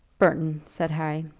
burton, said harry,